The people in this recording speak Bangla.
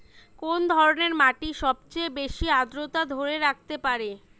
কোন ধরনের মাটি সবচেয়ে বেশি আর্দ্রতা ধরে রাখতে পারে?